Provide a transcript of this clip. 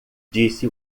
disse